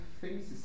faces